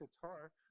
guitar